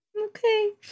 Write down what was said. Okay